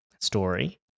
story